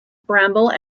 bramble